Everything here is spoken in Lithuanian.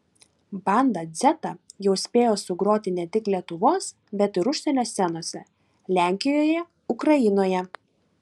banda dzeta jau spėjo sugroti ne tik lietuvos bet ir užsienio scenose lenkijoje ukrainoje